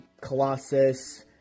Colossus